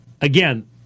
Again